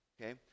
okay